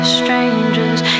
strangers